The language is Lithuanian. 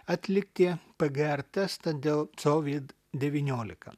atlikti pgr testą dėl covid devyniolika